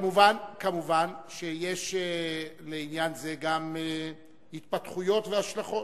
מובן שיש לעניין זה גם התפתחויות והשלכות.